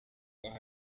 aho